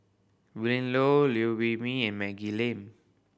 Willin Low Liew Wee Mee and Maggie Lim